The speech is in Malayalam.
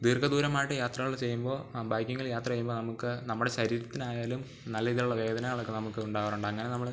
ദീർഘ ദൂരമായിട്ട് യാത്രകൾ ചെയ്യുമ്പോൾ ബൈക്കിങ്ങിൽ യാത്ര ചെയ്യുമ്പോൾ നമുക്ക് നമ്മുടെ ശരീരത്തിനായാലും നല്ല രീതിയിലുള്ള വേദനകളൊക്കെ നമുക്ക് ഉണ്ടാകാറുണ്ട് അങ്ങനെ നമ്മൾ